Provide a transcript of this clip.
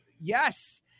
Yes